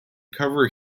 cover